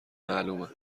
معلومه